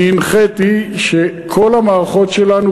אני הנחיתי שכל המערכות שלנו,